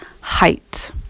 height